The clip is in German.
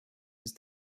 ist